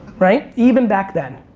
right, even back then.